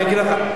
אני אגיד לך,